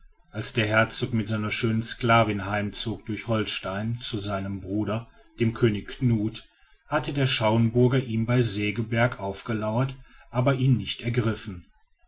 als der herzog mit seiner schönen sklavin heimzog durch holstein zu seinem bruder dem könige knut hatte der schauenburger ihm bei segeberg aufgelauert aber ihn nicht ergriffen